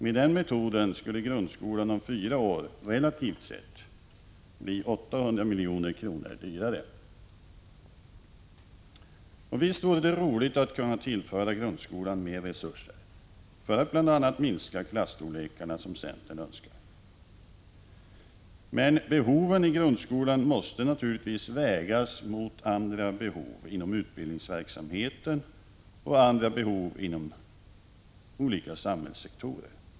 Med den metoden skulle grundskolan om fyra år relativt sett bli 800 milj.kr. dyrare. Visst vore det roligt att kunna tillföra grundskolan mer resurser för att bl.a. minska klasstorlekarna, som centern önskar. Men behoven i grundskolan måste naturligtvis vägas mot andra behov inom utbildningsverksamheten och inom andra samhällssektorer.